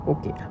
Okay